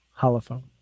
Holophone